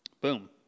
boom